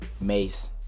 Mace